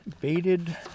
Baited